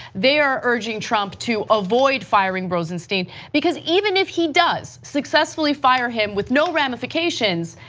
they are urging trump to avoid firing rosenstein because even if he does successfully fire him with no ramification,